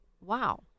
wow